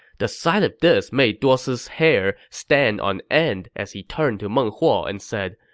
the sight of this made duosi's hair stand on end as he turned to meng huo and said,